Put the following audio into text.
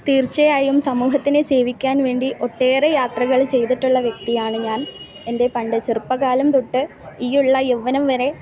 തീർച്ചയായും സമൂഹത്തിനെ സേവിക്കാൻ വേണ്ടി ഒട്ടേറെ യാത്രകൾ ചെയ്തിട്ടുള്ള വ്യക്തിയാണ് ഞാൻ എൻ്റെ പണ്ട് ചെറുപ്പകാലം തൊട്ട് ഈയുള്ള യൗവനം വരെ